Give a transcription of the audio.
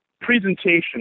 presentation